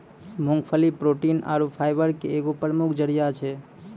मूंगफली प्रोटीन आरु फाइबर के एगो प्रमुख जरिया छै